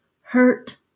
hurt